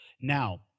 now